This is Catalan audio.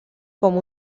com